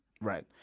Right